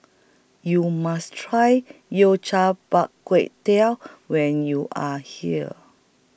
YOU must Try Yao Cai Bak Gui Teo when YOU Are here